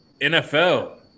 NFL